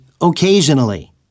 occasionally